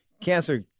Cancer